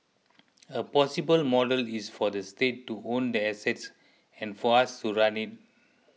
a possible model is for the state to own the assets and for us to run it